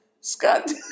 Scott